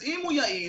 אז אם הוא יעיל,